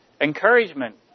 Encouragement